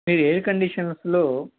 ఈ ఎయిర్ కండీషనర్స్లో